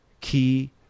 key